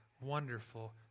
wonderful